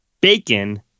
bacon